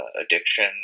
addiction